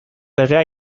legea